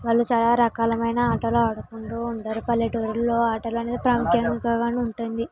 వాళ్ళు చాలా రకాలమైన ఆటలు ఆడుకుంటూ ఉంటారు పల్లెటూరిలో ఆటలు అనేవి ప్రాముఖ్యంగా ఉంటుంది